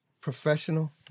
professional